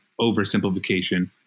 oversimplification